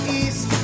east